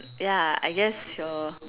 ya I guess your